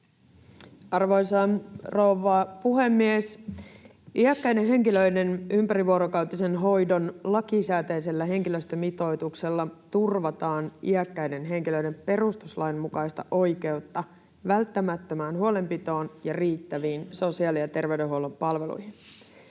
Arvoisa rouva puhemies! Iäkkäiden henkilöiden ympärivuorokautisen hoidon lakisääteisellä henkilöstömitoituksella turvataan iäkkäiden henkilöiden perustuslain mukaista oikeutta välttämättömään huolenpitoon ja riittäviin sosiaali- ja terveydenhuollon palveluihin